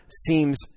seems